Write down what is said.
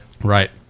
right